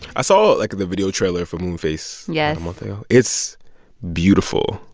i saw, like, the video trailer for moonface. yes it's beautiful.